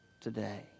today